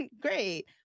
Great